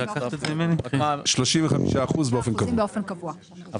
35% באופן קבוע.